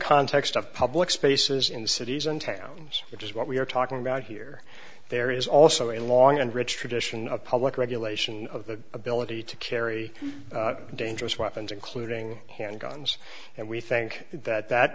context of public spaces in the cities and towns which is what we're talking about here there is also a long and rich tradition of public regulation of the ability to carry dangerous weapons including handguns and we think that that